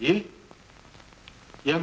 yeah yeah